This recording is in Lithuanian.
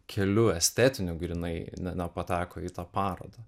keliu estetiniu grynai na nepateko į tą parodą